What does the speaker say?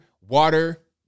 water